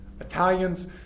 Italians